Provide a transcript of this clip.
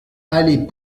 allée